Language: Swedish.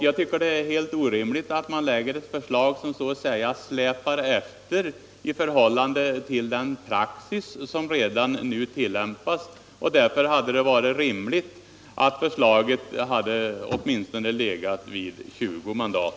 Jag tycker det är helt orimligt med ett förslag som så att säga släpar efter i förhållande till den praxis som redan nu tillämpas, och därför hade det varit rimligt att förslaget hade legat vid åtminstone 20 mandat.